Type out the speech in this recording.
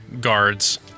guards